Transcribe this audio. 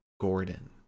Gordon